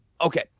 okay